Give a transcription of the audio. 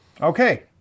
Okay